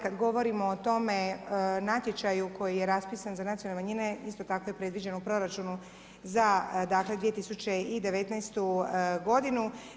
Kad govorimo o tome natječaju koji je raspisan za nacionalne manjine isto tako je predviđeno u proračunu za dakle 2019.godinu.